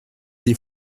des